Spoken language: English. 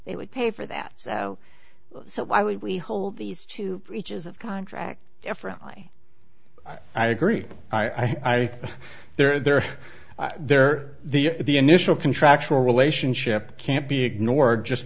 they would pay for that so so why would we hold these two reaches of contract differently i agree i think there are there the the initial contractual relationship can't be ignored just